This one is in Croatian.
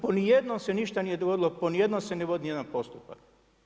Po nijednom se ništa nije dogodilo, po nijednom se ne vodi nijedan postupak.